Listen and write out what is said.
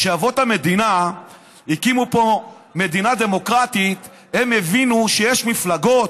כשאבות המדינה הקימו פה מדינה דמוקרטית הם הבינו שיש מפלגות,